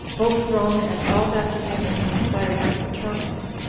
both rome and all that dominion conspired with petronius,